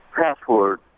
password